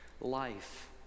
life